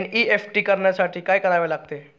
NEFT करण्यासाठी काय करावे लागते?